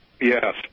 Yes